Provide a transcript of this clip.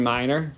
Minor